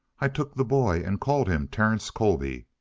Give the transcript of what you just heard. i took the boy and called him terence colby.